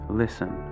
listen